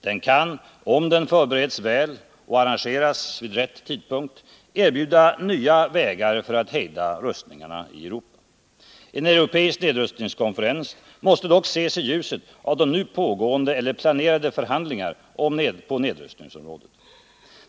Den kan om den förbereds väl och arrangeras vid rätt tidpunkt erbjuda nya vägar för att hejda rustningarna i Europa. En europeisk nedrustningskonferens måste dock ses i ljuset av nu pågående eller planerade förhandlingar på nedrustningsområdet.